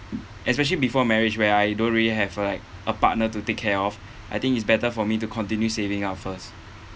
especially before marriage where I don't really have like a partner to take care of I think it's better for me to continue saving up first